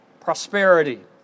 Prosperity